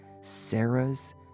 Sarah's